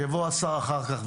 יבוא השר אחר כך,